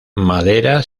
madera